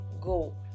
go